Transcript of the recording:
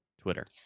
Twitter